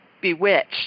Bewitched